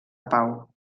pau